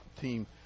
team